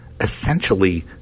essentially